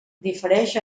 difereix